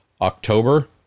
October